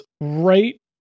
right